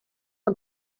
for